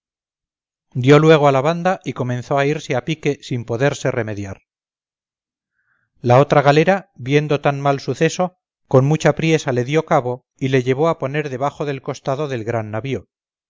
dio luego a la banda y comenzó a irse a pique sin poderse remediar la otra galera viendo tan mal suceso con mucha priesa le dio cabo y le llevó a poner debajo del costado del gran navío